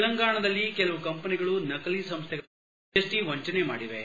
ತೆಲಂಗಾಣದಲ್ಲಿ ಕೆಲವು ಕಂಪನಿಗಳು ನಕಲಿ ಸಂಸ್ಥೆಗಳ ಹೆಸರಿನಲ್ಲಿ ಜಿಎಸ್ಟಿ ವಂಚನೆ ಮಾಡಿವೆ